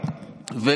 מורכב,